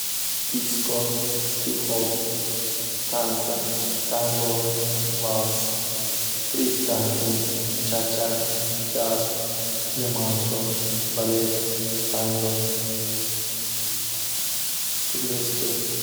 Disko, hip-hop, tansa, tango, vals, brik dansing, chacha, jaz, flemansho, ballet, tango, purliski.